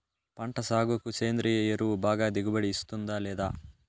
పంట సాగుకు సేంద్రియ ఎరువు బాగా దిగుబడి ఇస్తుందా లేదా